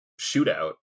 shootout